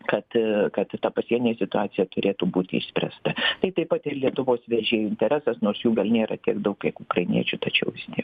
kad kad ta pasienyje situacija turėtų būti išspręsta tai taip pat ir lietuvos vežėjų interesas nors jų gal nėra tiek daug kaip ukrainiečių tačiau vis tie